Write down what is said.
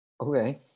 okay